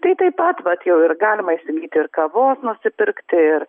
tai taip pat vat jau ir galima įsigyti ir kavos nusipirkti ir